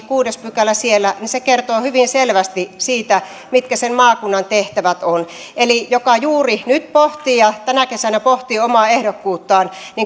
kuudes pykälä siellä kertoo hyvin selvästi siitä mitkä sen maakunnan tehtävät ovat eli joka juuri nyt pohtii ja tänä kesänä pohtii omaa ehdokkuuttaan